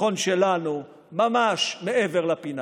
הניצחון שלנו ממש מעבר לפינה.